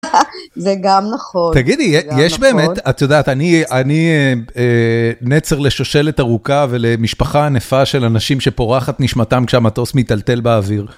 זה גם נכון. תגידי יש באמת, את יודעת, אני נצר לשושלת ארוכה ולמשפחה ענפה של אנשים שפורחת נשמתם כשהמטוס מתלתל באוויר.